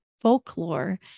folklore